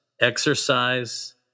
exercise